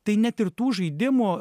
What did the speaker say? tai net ir tų žaidimų